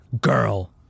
girl